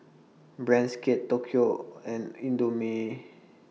Brand's Kate Tokyo and Indomie